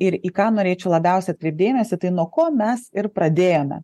ir į ką norėčiau labiausiai atkreipti dėmesį tai nuo ko mes ir pradėjome